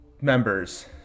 members